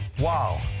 Wow